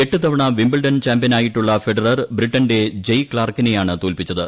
എട്ട് തവണ വിംബിൾഡൺ ചാമ്പ്യനായിട്ടുള്ള ഫെഡറർ ബ്രിട്ടന്റെ ജെയ് ക്ലാർക്കിനെയാണ് തോൽപ്പിച്ചത്